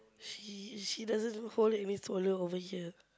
she she doesn't hold any stroller over here